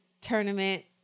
tournament